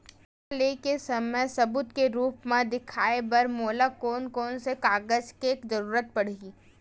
कर्जा ले के समय सबूत के रूप मा देखाय बर मोला कोन कोन से कागज के जरुरत पड़ही?